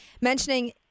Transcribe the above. mentioning